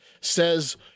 says